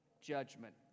judgment